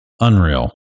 Unreal